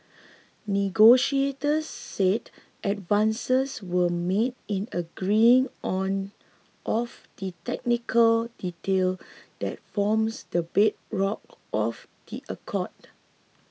negotiators said advances were made in agreeing on of the technical detail that forms the bedrock of the accord